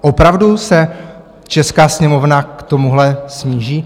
Opravdu se česká Sněmovna k tomuhle sníží?